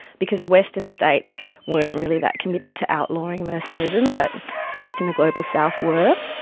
because western states weren't really that committed to outlawing mercenarism, but states in the global south were.